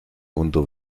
unter